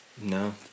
no